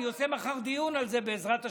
אני עושה מחר דיון בוועדה על זה, בעזרת השם.